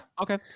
Okay